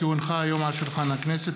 כי הונחה היום על שולחן הכנסת,